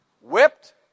whipped